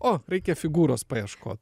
o reikia figūros paieškot